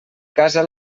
casa